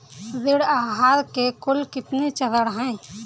ऋण आहार के कुल कितने चरण हैं?